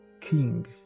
king